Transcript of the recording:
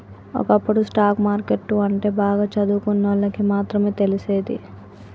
ఒకప్పుడు stock market అంటే బాగా చదువుకున్నోళ్ళకి మాత్రమే తెలిసేది